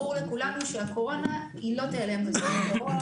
ברור לכולנו שהקורונה לא תיעלם בזמן הקרוב.